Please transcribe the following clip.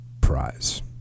prize